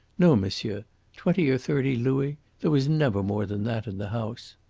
no, monsieur twenty or thirty louis there was never more than that in the house.